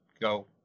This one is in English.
go